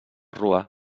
rua